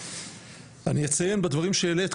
אני אציין בדברים שהעלית,